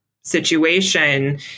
situation